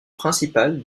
principale